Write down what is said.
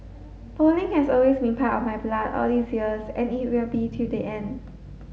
bowling has always been part of my blood all these years and it will be till the end